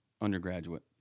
undergraduate